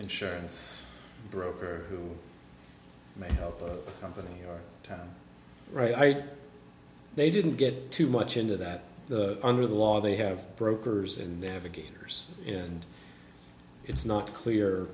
insurance broker who may help the company are right they didn't get too much into that under the law they have brokers and they have a gainers and it's not clear